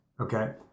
Okay